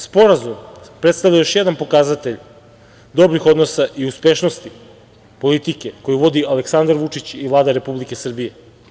Sporazum predstavlja još jedan pokazatelj dobrih odnosa i uspešnosti politike koju vodi Aleksandar Vučić i Vlada Republike Srbije.